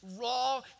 raw